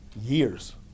years